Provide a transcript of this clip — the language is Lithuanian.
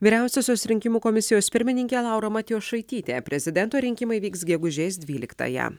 vyriausiosios rinkimų komisijos pirmininkė laura matjošaitytė prezidento rinkimai vyks gegužės dvyliktąją